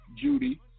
Judy